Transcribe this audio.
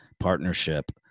Partnership